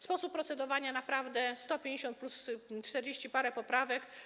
Sposób procedowania, naprawdę, 150 plus czterdzieści parę poprawek.